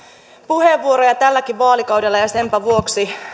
puheenvuoroja tälläkin vaalikaudella ja senpä vuoksi